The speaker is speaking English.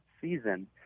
season